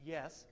Yes